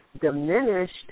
diminished